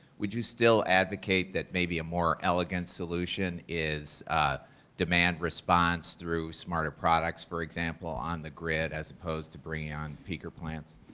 would you still advocate that maybe a more elegant solution is demand response through smarter products, for example, on the grid, as opposed to bringing on peaker plants?